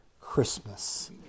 christmas